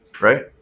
right